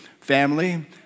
family